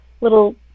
Little